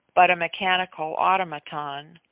but a mechanical automaton.